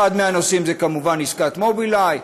אחד מהנושאים הוא כמובן עסקת מובילאיי,